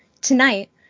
Tonight